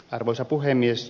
arvoisa puhemies